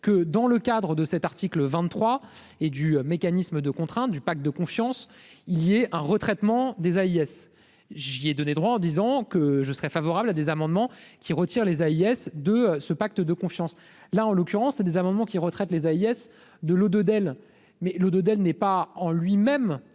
que dans le cadre de cet article 23 et du mécanisme de contraintes du pacte de confiance, il y a un retraitement des AIS j'des droits en disant que je serais favorable à des amendements qui retirent les AIS de ce pacte de confiance là en l'occurrence des amendements qui retraite les Hayes, de l'eau de Dell, mais le de d'elle n'est pas en lui-même